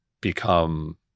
become